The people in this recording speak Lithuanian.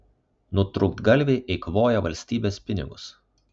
nutrūktgalviai eikvoja valstybės pinigus